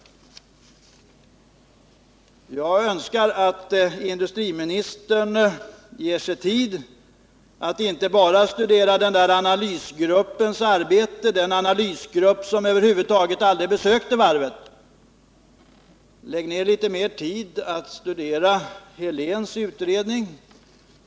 Jag önskar att industriministern ger sig tid att studera inte bara det arbete som den analysgrupp gjort som över huvud taget aldrig besökte varvet utan också Gunnar Heléns utredning.